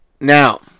Now